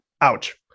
ouch